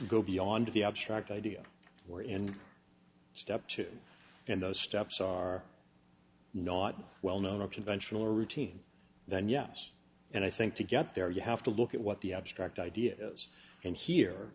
go beyond the abstract idea we're in step two and those steps are not well known or conventional or routine then yes and i think to get there you have to look at what the abstract ideas and here